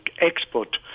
export